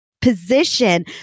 position